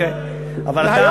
לא צריך.